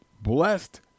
blessed